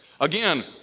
Again